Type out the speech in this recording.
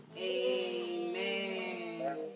Amen